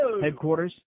headquarters